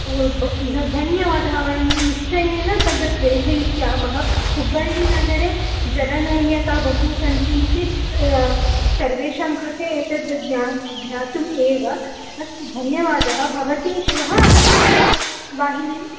ओ धन्यवादः वयं निश्चयेन तद् प्रेषयिष्यामः हुब्बल्ळिनगरे जलनूनता बहु सन्ति इति सर्वेषां कृते एतद् ज्ञा ज्ञातुम् एव अस्तु धन्यवादः भवती श्वः आगच्छति वा वाहिनी